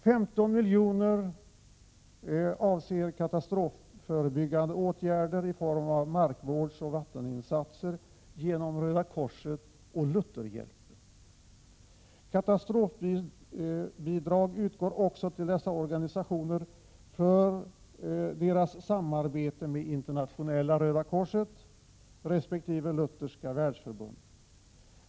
15 miljoner avser katastrofförebyggande åtgärder i form av markvårdsoch vatteninsatser i regi av Röda korset och Lutherhjälpen. Katastrofbidrag utgår också till dessa organisationer för deras samarbete med Internationella röda korset resp. Lutherska världsförbundet.